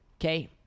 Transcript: Okay